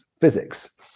physics